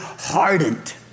hardened